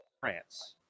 France